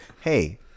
hey